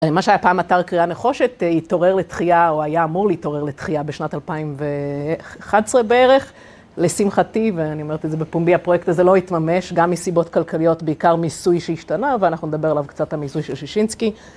מה שהיה פעם אתר קריאה נחושת, התעורר לתחייה, או היה אמור להתעורר לתחייה בשנת 2011 בערך, לשמחתי, ואני אומרת את זה בפומבי, הפרויקט הזה לא התממש, גם מסיבות כלכליות, בעיקר מיסוי שהשתנה, ואנחנו נדבר עליו קצת על מיסוי של שישינסקי.